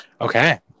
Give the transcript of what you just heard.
okay